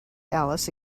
alice